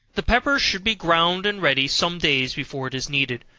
the pepper should be ground and ready some days before it is needed,